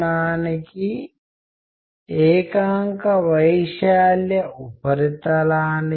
వాస్తవానికి తను నిద్రపోతున్నట్లు ఎవరైనా కమ్యూనికేట్ చేయగలుగుతున్నారు అంటేనే కమ్యూనికేషన్ ఇప్పటికీ ఇక్కడ పనిచేస్తుంది అన్న అర్థం